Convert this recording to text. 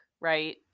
right